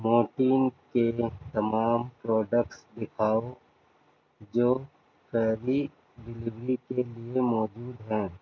Mortein کے تمام products دکھاؤ جو فیری ڈیلیوری کے لیے موجود ہیں